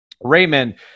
Raymond